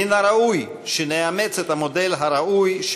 מן הראוי שנאמץ את המודל הראוי,